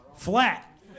Flat